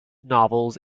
novels